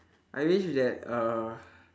I wish that uh